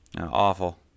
awful